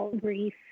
grief